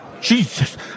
jesus